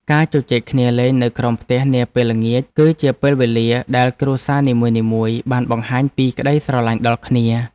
ការជជែកគ្នាលេងនៅក្រោមផ្ទះនាពេលល្ងាច គឺជាពេលវេលាដែលគ្រួសារនីមួយៗបានបង្ហាញពីក្តីស្រឡាញ់ដល់គ្នា។